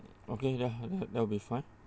okay ya that that will be fine